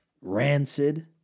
rancid